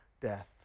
death